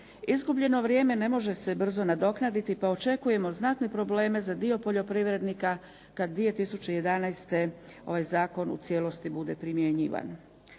Izgubljeno vrijeme ne može se brzo nadoknaditi pa očekujemo znatne probleme za dio poljoprivrednika kad 2011. ovaj zakon u cijelosti bude primjenjivan.